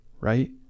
right